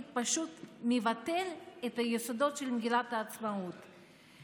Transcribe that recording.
פשוט מבטל את היסודות של מגילת העצמאות,